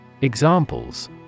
Examples